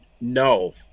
No